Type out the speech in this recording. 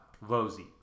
Rosie